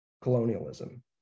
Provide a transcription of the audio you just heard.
colonialism